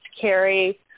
carry